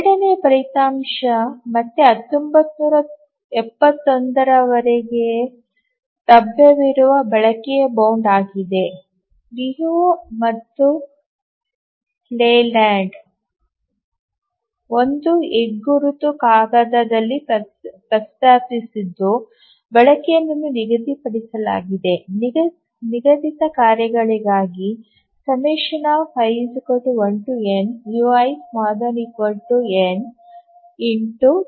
ಎರಡನೆಯ ಫಲಿತಾಂಶವು ಮತ್ತೆ 1971 ರವರೆಗೆ ಲಭ್ಯವಿರುವ ಬಳಕೆಯ ಬೌಂಡ್ ಆಗಿದೆ ಲಿಯು ಮತ್ತು ಲೇಲ್ಯಾಂಡ್ ಒಂದು ಹೆಗ್ಗುರುತು ಕಾಗದದಲ್ಲಿ ಪ್ರಸ್ತಾಪಿಸಿದ್ದು ಬಳಕೆಯನ್ನು ನಿಗದಿಪಡಿಸಲಾಗಿದೆ ನಿಗದಿತ ಕಾರ್ಯಗಳಿಗಾಗಿ i1nuin